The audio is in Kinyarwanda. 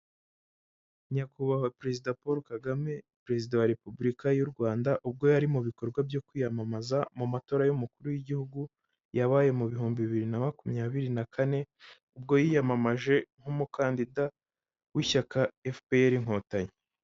Nyakubahwa Perezida Paul Kagame, Perezida wa Repubulika y'u Rwanda, ubwo yari mu bikorwa byo kwiyamamaza mu matora y'umukuru w'Igihugu, yabaye mu bihumbi bibiri na makumyabiri na kane, ubwo yiyamamaje nk'umukandida w'ishyaka FPR inkotanyi.